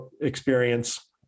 experience